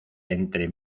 entre